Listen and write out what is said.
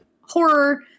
horror